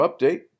update